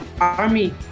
Army